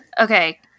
Okay